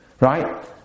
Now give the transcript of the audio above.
Right